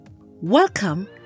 Welcome